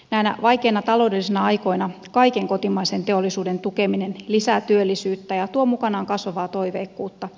näinä vaikeina taloudellisina aikoina kaiken kotimaisen teollisuuden tukeminen lisää työllisyyttä ja tuo mukanaan kasvavaa toiveikkuutta